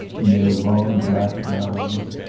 in their long black gowns.